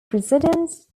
precedence